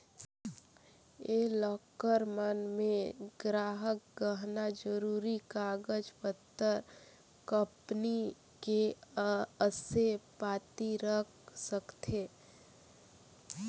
ये लॉकर मन मे गराहक गहना, जरूरी कागज पतर, कंपनी के असे पाती रख सकथें